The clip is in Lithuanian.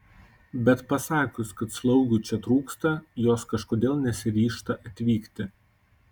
bet pasakius kad slaugių čia trūksta jos kažkodėl nesiryžta atvykti